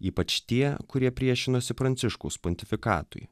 ypač tie kurie priešinosi pranciškaus pontifikatui